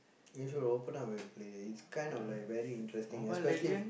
you should open up and play it's kind of like very interesting especially